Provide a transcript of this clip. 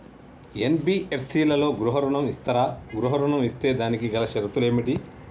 NBFC లలో గృహ ఋణం ఇస్తరా? గృహ ఋణం ఇస్తే దానికి గల షరతులు ఏమిటి?